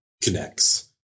connects